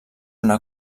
una